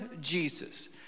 Jesus